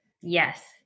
Yes